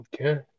Okay